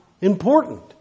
important